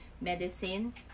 medicine